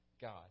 God